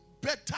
better